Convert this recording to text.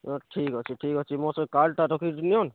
ହଁ ଠିକ୍ ଅଛି ଠିକ୍ ଅଛି ମୋର୍ ସେ କାର୍ଟା ରଖିଛି ନିୟନ୍